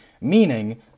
meaning